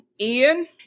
Ian